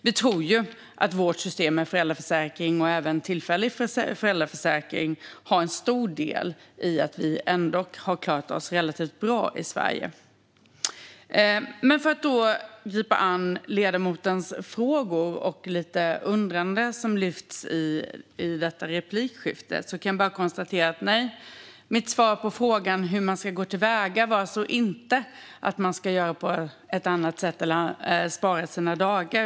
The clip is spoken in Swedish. Vi tror ju att vårt system med föräldraförsäkring och även tillfällig föräldraförsäkring har en stor del i att vi ändå har klarat oss relativt bra i Sverige. För att gripa mig an ledamotens frågor och undringar som lyfts i detta replikskifte kan jag bara konstatera att nej, mitt svar på frågan hur man ska gå till väga var inte att man ska göra på ett annat sätt eller spara sina dagar.